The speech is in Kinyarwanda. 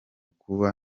kuba